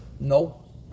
no